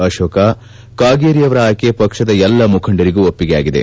ಅಶೋಕ ಕಾಗೇರಿಯವರ ಆಯ್ಲೆ ಪಕ್ಷದ ಎಲ್ಲ ಮುಖಂಡರಿಗೂ ಒಪ್ಪಿಗೆಯಾಗಿದೆ